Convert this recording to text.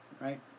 Right